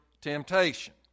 temptation